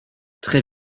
très